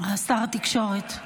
שר התקשורת.